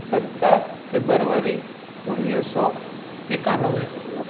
सत फेबरवरी उणिवीह सौ एकानवे